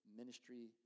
ministry